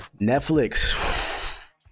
netflix